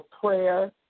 Prayer